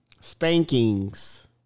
spankings